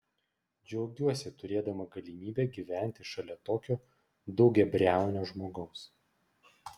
džiaugiuosi turėdama galimybę gyventi šalia tokio daugiabriaunio žmogaus